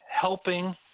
helping